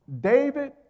David